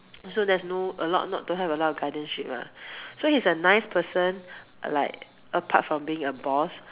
also there's no a lot not to have a lot of guidance-ship lah so he's a nice person like apart from being a boss